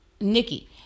Nikki